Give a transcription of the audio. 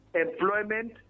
employment